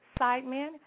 sideman